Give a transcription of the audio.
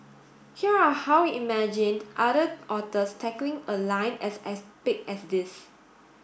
here are how we imagined other authors tackling a line as epic as this